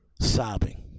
sobbing